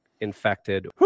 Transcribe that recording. infected